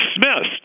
dismissed